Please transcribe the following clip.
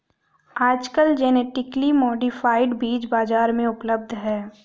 आजकल genetically modified बीज बाजार में उपलब्ध है